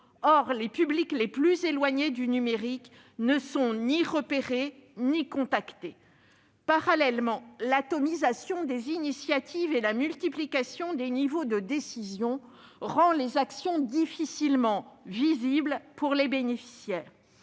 Or les publics les plus éloignés du numérique ne sont ni repérés ni contactés. Parallèlement, l'atomisation des initiatives et la multiplication des niveaux décisionnels rendent les actions difficilement visibles pour les bénéficiaires.